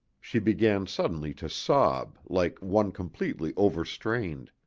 she began suddenly to sob, like one completely overstrained.